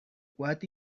what